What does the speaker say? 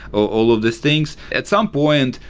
all of these things. at some point,